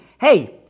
Hey